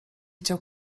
chciał